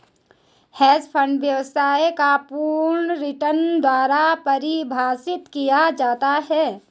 hedge fund व्यवसाय को पूर्ण रिटर्न द्वारा परिभाषित किया जाता है